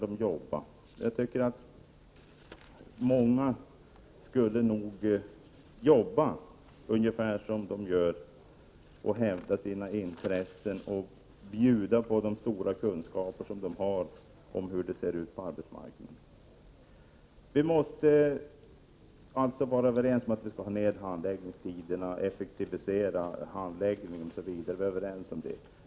Många skulle nog arbeta på samma sätt som dessa ledamöter gör och hävda sina intressen och bjuda på de stora kunskaper de har om hur det ser ut på arbetsmarknaden. Vi måste vara överens om att vi skall korta ned handläggningstiderna och effektivisera handläggningen.